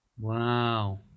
Wow